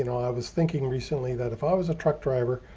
you know i was thinking recently that if i was a truck driver,